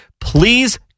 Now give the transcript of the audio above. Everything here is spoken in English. Please